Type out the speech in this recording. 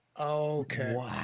Okay